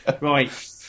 right